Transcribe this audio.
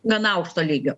gana aukšto lygio